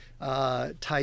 Type